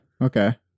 Okay